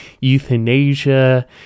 euthanasia